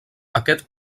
aquest